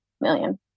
million